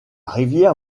rivière